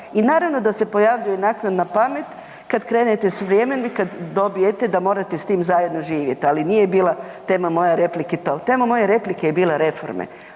I naravno, da se pojavljuje naknadna pamet kad krenete …/Govornik se ne razumije/…i kad dobijete da morate s tim zajedno živjet, ali nije bila tema mojoj repliki to. Tema moje replike je bila reforme.